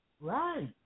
Right